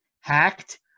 hacked